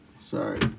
Sorry